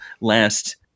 last